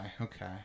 okay